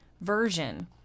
version